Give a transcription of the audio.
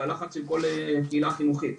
ובלחץ של כל קהילה חינוכית.